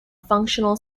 functional